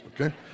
okay